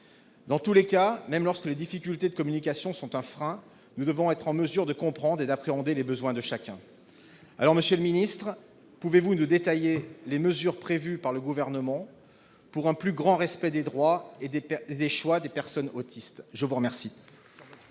Dans tous les cas, même lorsque les difficultés de communication sont un frein, nous devons être en mesure de comprendre et d'appréhender les besoins de chacun. Monsieur le secrétaire d'État, pouvez-vous nous détailler les mesures prévues par le Gouvernement pour un plus grand respect des droits et des choix des personnes autistes ? La parole